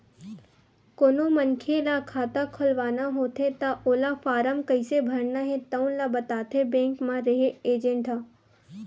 कोनो मनखे ल खाता खोलवाना होथे त ओला फारम कइसे भरना हे तउन ल बताथे बेंक म रेहे एजेंट ह